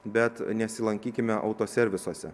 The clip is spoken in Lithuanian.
bet nesilankykime autoservisuose